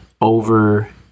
over